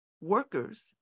workers